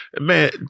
Man